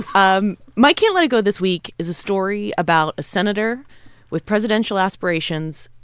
um my can't let it go this week is a story about a senator with presidential aspirations,